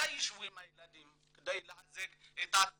מתי יישבו עם הילדים כדי לחזק את התא המשפחתי?